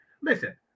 listen